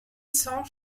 cents